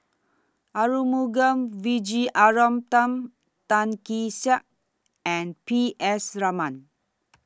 Arumugam Vijiaratnam Tan Kee Sek and P S Raman